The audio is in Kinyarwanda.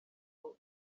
ngo